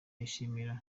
yashimiye